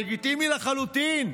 לגיטימי לחלוטין,